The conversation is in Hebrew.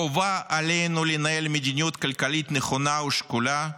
חובה עלינו לנהל מדיניות כלכלית נכונה ושקולה,